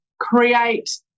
create